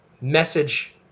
message